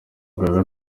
ubwa